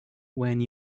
when